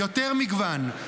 יותר מגוון,